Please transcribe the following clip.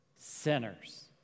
sinners